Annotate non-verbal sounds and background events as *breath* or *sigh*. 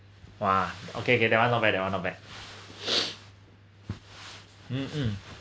!wah! okay get that one not bad that one not bad *breath* mm mm